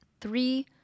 three